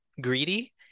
greedy